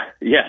yes